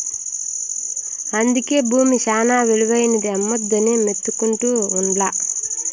అందుకే బూమి శానా ఇలువైనది, అమ్మొద్దని మొత్తుకుంటా ఉండ్లా